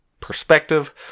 perspective